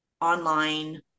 online